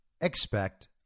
expect